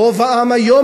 רוב העם היום,